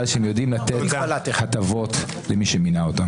שהם יודעים לתת הטבות למי שמנה אותם.